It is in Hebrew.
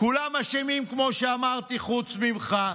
כולם אשמים, כמו שאמרתי, חוץ ממך.